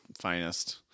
finest